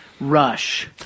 rush